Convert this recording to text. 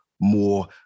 more